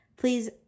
Please